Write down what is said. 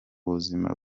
buzima